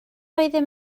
oeddem